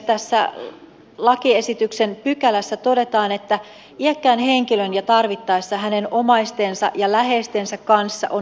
tässä lakiesityksen pykälässä todetaan että iäkkään henkilön ja tarvittaessa hänen omaistensa ja läheistensä kanssa on neuvoteltava